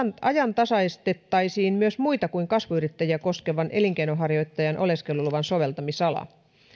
ajantasaistettaisiin myös muita kuin kasvuyrittäjiä koskevan elinkeinonharjoittajan oleskeluluvan soveltamisalaa